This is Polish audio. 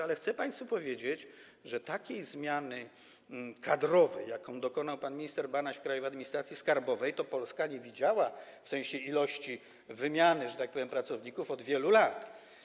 Ale chcę państwu powiedzieć, że takiej zmiany kadrowej jak ta, której dokonał pan minister Banaś w Krajowej Administracji Skarbowej, to Polska nie widziała, w sensie ilości, jeśli chodzi o wymianę, że tak powiem, pracowników, od wielu lat.